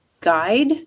guide